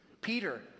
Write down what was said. Peter